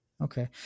Okay